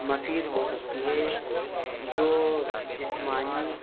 مفید ہو سکتی ہے جو جسمانی